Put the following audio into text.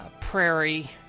prairie